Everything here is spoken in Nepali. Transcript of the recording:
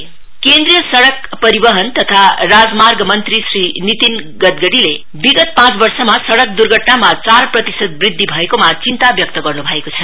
गाडकारी रोड सेफ्टी केन्द्रीय सड़क परिवहन तथा राजमार्ग मंत्री श्री नीतिन गद्धकड़ीले विगत पाँच वर्षमा सड़क दुर्घटनामा चार प्रतिशत वृद्धि भएकोमा चिन्ता व्यक्त गर्नु भएको छ